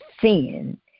sin